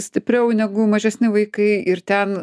stipriau negu mažesni vaikai ir ten